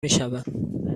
میشوند